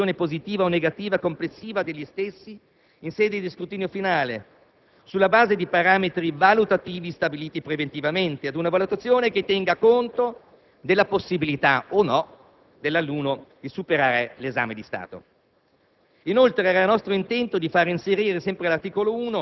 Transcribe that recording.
Il consiglio di classe dovrebbe procedere, ai fini della valutazione positiva o negativa complessiva degli stessi, in sede di scrutinio finale, sulla base di parametri valutativi stabiliti preventivamente, ad una valutazione che tenga conto della possibilità o meno dell'alunno di superare l'esame di Stato.